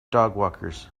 dogwalkers